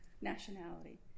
nationality